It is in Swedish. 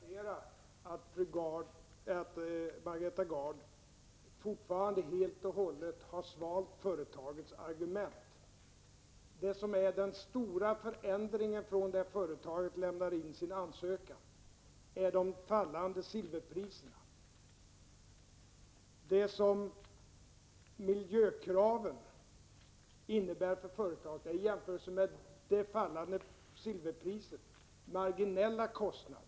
Herr talman! Jag bara konstaterar att Margareta Gard fortfarande helt och hållet sväljer företagets argument. Den stora förändringen sedan företaget lämnade in sin ansökan är de fallande silverpriserna. I jämförelse med de fallande silverpriserna medför miljökraven marginella kostnader.